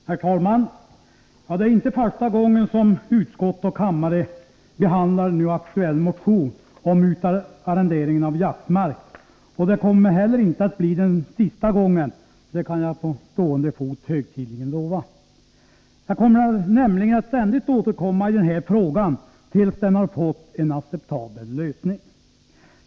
Herr talman! Det är inte första gången som utskott och kammare behandlar nu aktuell motion om utarrenderingen av jaktmark, och det kommer inte heller att bli den sista gången, det kan jag på stående fot högtidligen lova. Jag kommer nämligen att ständigt återkomma i den här frågan, tills den har fått en acceptabel lösning.